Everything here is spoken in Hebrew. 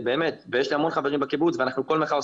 יש לי המון חברים בקיבוץ וכל מחאה אנחנו